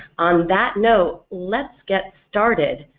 on that note, let's get started!